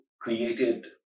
created